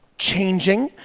changing,